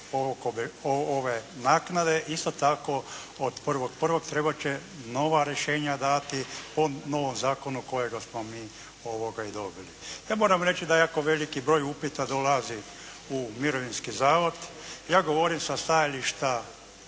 ove naknade. Isto tako od 1.1. trebat će nova rješenja dati po novom zakonu kojega smo mi i dobili. Ja moram reći da jako veliki broj upita dolazi u Mirovinski zavod. Ja govorim sa stajališta